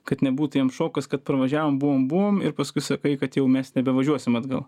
kad nebūtų jiem šokas kad parvažiavom buvom buvom ir paskui sakai kad jau mes nebevažiuosim atgal